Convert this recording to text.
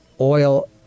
oil